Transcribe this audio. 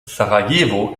sarajevo